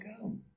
go